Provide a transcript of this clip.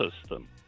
system